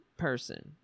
person